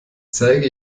zeige